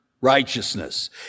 righteousness